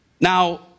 Now